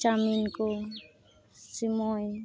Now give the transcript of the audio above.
chowmein ᱠᱚ ᱥᱤᱢᱳᱭ